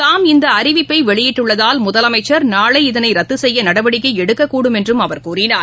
தாம் இந்த அறிவிப்பை வெளியிட்டுள்ளதால் முதலமைச்சள் நாளை இதனை ரத்து செய்ய நடவடிக்கை எடுக்கக்கூடும் என்றும் அவர் கூறினார்